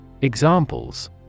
Examples